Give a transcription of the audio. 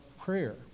prayer